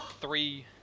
three